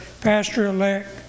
pastor-elect